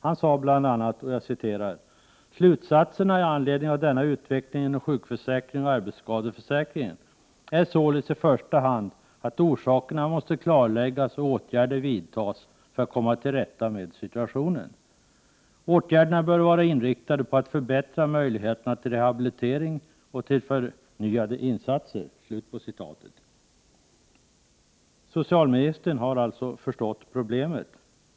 Han sade bl.a.: ”Slutsatserna i anledning av denna utveckling inom sjukförsäkringen och arbetsskadeförsäkringen är således i första hand att orsakerna måste klarläggas och åtgärder vidtas för att komma till rätta med situationen. Åtgärderna bör vara inriktade på att förbättra möjligheterna till rehabilitering och till förebyggande insatser.” Socialministern har alltså förstått problemet.